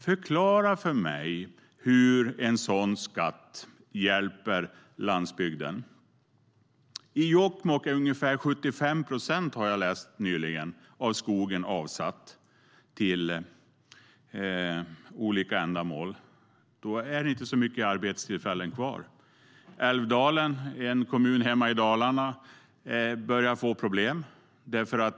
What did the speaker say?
Förklara för mig hur en sådan skatt hjälper landsbygden. Älvdalen, en kommun hemma i Dalarna, börjar få problem.